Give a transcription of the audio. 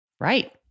right